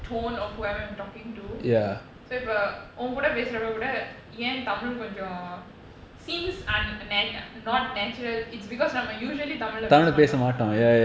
tone or whoever I'm talking to so if a இப்பஉன்கூடபேசுறப்பகூடஎன்தமிழ்கொஞ்சம்:ipa unkooda pesurappa kooda en tamizh konjam seems unna~ not natural it's because I'm a usually தமிழ்லபேசமாட்டோம்:tamizhla pesamaatom ah